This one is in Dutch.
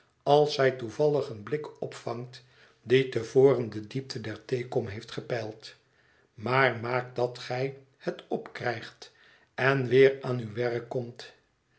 als zij toevallig een blik opvangt die te voren de diepte der theekom heeft gepeild maar maak dat gij het opkrijgt en weer aan uw werk komt